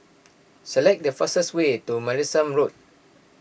select the fastest way to Martlesham Road